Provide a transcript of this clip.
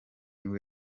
nibwo